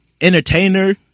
entertainer